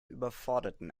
überforderten